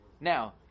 Now